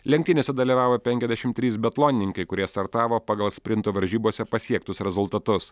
lenktynėse dalyvavo penkiasdešim trys biatlonininkai kurie startavo pagal sprinto varžybose pasiektus rezultatus